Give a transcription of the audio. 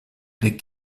les